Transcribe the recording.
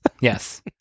Yes